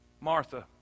Martha